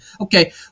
okay